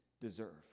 deserve